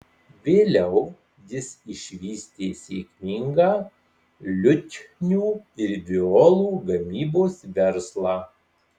vėliau jis išvystė sėkmingą liutnių ir violų gamybos verslą